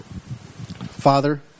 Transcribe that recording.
Father